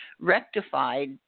rectified